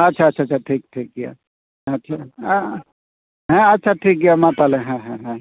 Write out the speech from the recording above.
ᱟᱪᱪᱷᱟ ᱟᱪᱪᱷᱟ ᱟᱪᱪᱷᱟ ᱴᱷᱤᱠ ᱴᱷᱤᱠ ᱴᱷᱤᱠᱜᱮᱭᱟ ᱦᱮᱸ ᱟᱪᱪᱷᱟ ᱴᱷᱤᱠᱜᱮᱭᱟ ᱦᱮᱸ ᱢᱟ ᱛᱟᱦᱞᱮ ᱦᱮᱸ ᱦᱮᱸ ᱦᱮᱸ